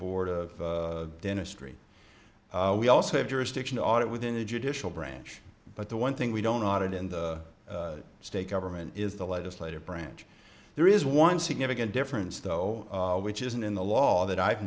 board of dentistry we also have jurisdiction audit within the judicial branch but the one thing we don't audit in the state government is the legislative branch there is one significant difference though which isn't in the law that i've